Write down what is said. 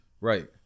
Right